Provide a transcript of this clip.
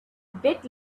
bit